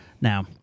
Now